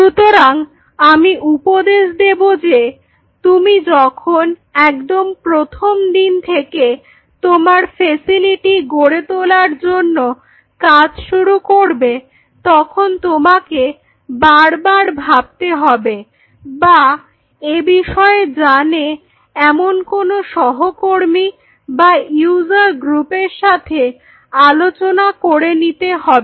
সুতরাং আমি উপদেশ দেবো যে তুমি যখন একদম প্রথম দিন থেকে তোমার ফ্যাসিলিটি গড়ে তোলার জন্য কাজ শুরু করবে তখন তোমাকে বারবার ভাবতে হবে বা এ বিষয়ে জানে এমন কোন সহকর্মী বা ইউজার গ্রুপের সাথে আলোচনা করে নিতে হবে